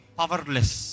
powerless